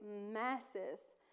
masses